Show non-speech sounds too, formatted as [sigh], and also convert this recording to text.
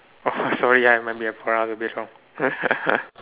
oh [breath] sorry ah I might be pronounce a bit wrong [laughs]